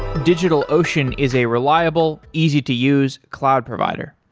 digitalocean is a reliable, easy to use cloud provider.